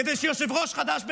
כדי שיושב-ראש חד"ש בחיפה,